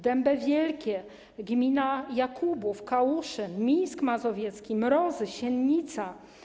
Dębe Wielkie, gmina Jakubów, Kałuszyn, Mińsk Mazowiecki, Mrozy, Siennica.